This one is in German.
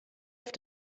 auf